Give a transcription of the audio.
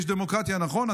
יש דמוקרטיה, נכון?